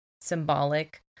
symbolic